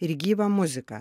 ir gyvą muziką